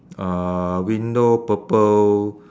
uh window purple